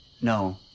No